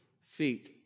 feet